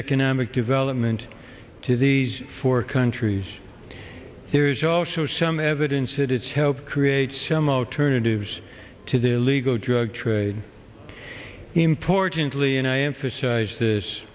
economic development to these four countries there's also some evidence that it's helped create some alternatives to the illegal drug trade importantly and i emphasize this